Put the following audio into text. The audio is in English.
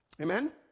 Amen